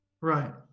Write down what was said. Right